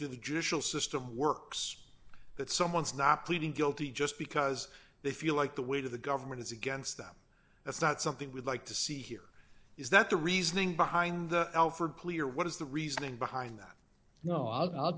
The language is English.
that the judicial system works that someone's not pleading guilty just because they feel like the weight of the government is against them that's not something we like to see here is that the reasoning behind the alford plea or what is the reasoning behind that no i'll